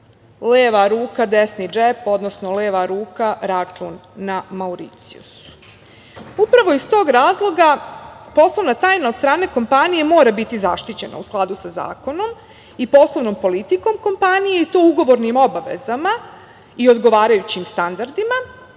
leva ruka, desni džep, odnosno leva ruka, račun na Mauricijusu. Upravo iz tog razloga, poslovna tajna od strane kompanije mora biti zaštićena, u skladu sa zakonom i poslovnom politikom kompanije, i to ugovornim obavezama i odgovarajućim standardima,